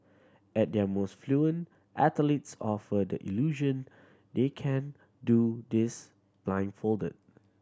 at their most fluent athletes offer the illusion they can do this blindfolded